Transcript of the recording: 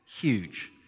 huge